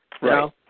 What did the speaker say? Right